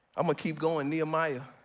i'ma keep going nehemiah,